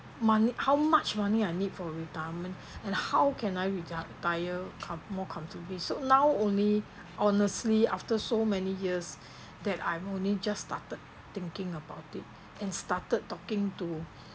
money how much money I need for retirement and how can I reti~ retire com~ more comfortably so now only honestly after so many years that I'm only just started thinking about it and started talking to